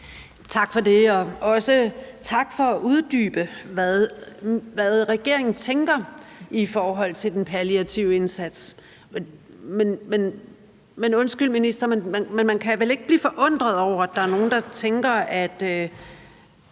Tak for det, og også tak for at uddybe, hvad regeringen tænker i forhold til den palliative indsats. Men undskyld, minister, man kan vel ikke blive forundret over, at der er nogen, der tænker, at